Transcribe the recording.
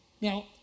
Now